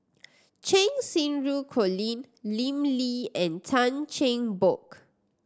Cheng Xinru Colin Lim Lee and Tan Cheng Bock